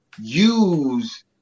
use